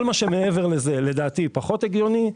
כל מה שמעבר לזה לדעתי פחות הגיוני.